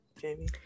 Jamie